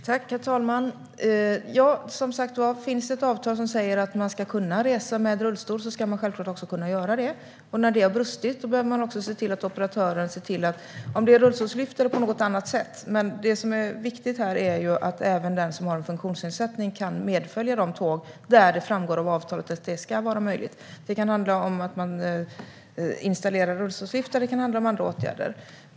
Herr talman! Som sagt var: Finns det ett avtal som säger att man ska kunna resa med rullstol ska man självklart också kunna göra det. När detta har brustit behöver man se till att operatören, med hjälp av rullstolslyft eller på något annat sätt, ser till att även den som har en funktionsnedsättning kan medfölja de tåg där det framgår av avtalet att detta ska vara möjligt; det är ju det som är viktigt här. Det kan handla om att man installerar rullstolslyftar eller om andra åtgärder.